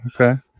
Okay